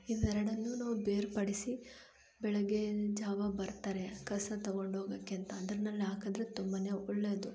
ಇವೆರಡನ್ನೂ ನಾವು ಬೇರ್ಪಡಿಸಿ ಬೆಳಗ್ಗೆ ಜಾವ ಬರ್ತಾರೆ ಕಸ ತೊಗೊಂಡೊಗೋಕ್ಕೆ ಅಂತ ಅದರ್ನಲ್ ಹಾಕದ್ರೆ ತುಂಬಾ ಒಳ್ಳೆದು